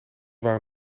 waren